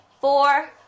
four